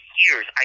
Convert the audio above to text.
years